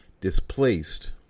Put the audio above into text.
displaced